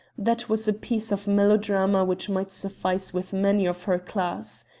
that was a piece of melodrama which might suffice with many of her class.